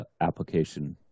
application